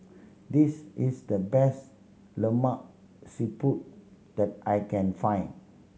this is the best Lemak Siput that I can find